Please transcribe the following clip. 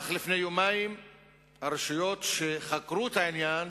אך לפני יומיים הרשויות שחקרו את העניין